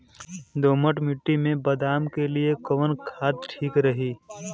दोमट मिट्टी मे बादाम के लिए कवन खाद ठीक रही?